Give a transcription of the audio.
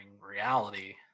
reality